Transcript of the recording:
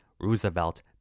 Roosevelt